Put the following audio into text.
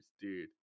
dude